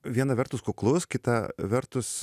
viena vertus kuklus kita vertus